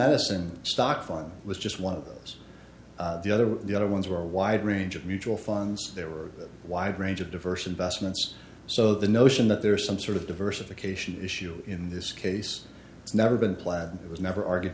medicine stock fund was just one of the other the other ones were a wide range of mutual funds there were a wide range of diverse investments so the notion that there is some sort of diversification issue in this case it's never been planned it was never argued